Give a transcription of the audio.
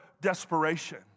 desperation